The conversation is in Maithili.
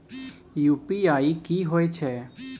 यु.पी.आई की होय छै?